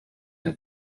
and